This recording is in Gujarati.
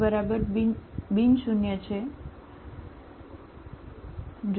તો તમારી પાસે Fx ≠0 છે